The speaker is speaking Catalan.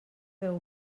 beu